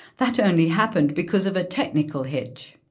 that only happened because of a technical hitch.